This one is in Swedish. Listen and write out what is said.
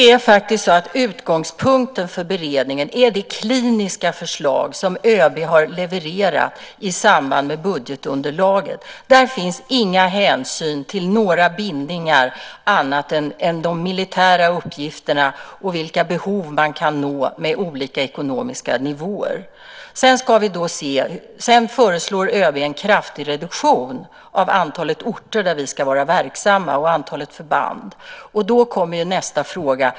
Fru talman! Utgångspunkten för beredningen är det kliniska förslag som ÖB har levererat i samband med budgetunderlaget. Där finns inga hänsyn till några bindningar annat än de militära uppgifterna och vilka behov man kan fylla med olika ekonomiska nivåer. Sedan föreslår ÖB en kraftig reduktion av antalet orter där vi ska vara verksamma och antalet förband. Då kommer nästa fråga.